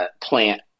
plant –